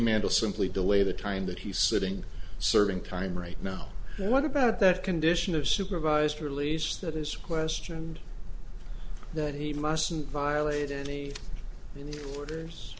mandell simply delay the time that he's sitting serving time right now what about that condition of supervised release that is question and that he mustn't violate any in the orders